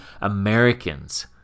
Americans